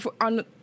on